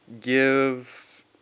Give